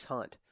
Hunt